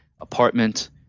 apartment